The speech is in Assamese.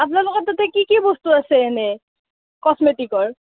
আপোনালোকৰ তাতে কি কি বস্তু আছে এনেই কচমেটিক্সৰ